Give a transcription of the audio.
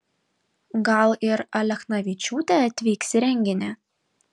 gal ir alechnavičiūtė atvyks į renginį